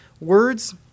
words